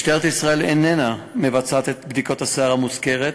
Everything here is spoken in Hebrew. משטרת ישראל איננה מבצעת את בדיקת השיער המוזכרת